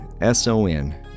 S-O-N